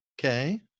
Okay